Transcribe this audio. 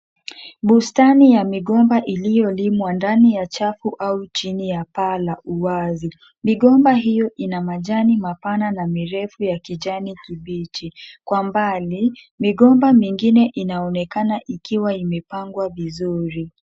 Bustani ya migomba iliyolimwa ndani ya chafu au chini ya paa la uwazi. Migomba hio ina majani mapana na mirefu ya kijani kibichi. Kwa mbali, migomba mingine inaonekana ikiwa imepangwa vizuri.